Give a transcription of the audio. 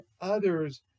others